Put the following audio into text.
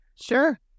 Sure